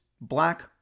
Black